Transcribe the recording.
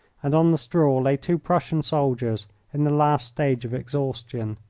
and on the straw lay two prussian soldiers in the last stage of exhaustion.